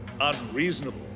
unreasonable